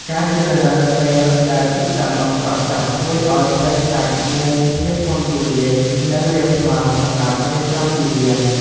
ការជ្រើសរើសពេលដែលទឹកសមុទ្រស្រកចុះ ជួយឱ្យផ្ទៃខ្សាច់មានភាពធំទូលាយ និងរាបស្មើសម្រាប់រៀបចំទីលាន។